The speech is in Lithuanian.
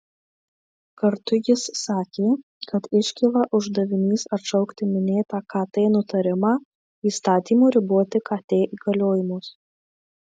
kartu jis sakė kad iškyla uždavinys atšaukti minėtą kt nutarimą įstatymu riboti kt įgaliojimus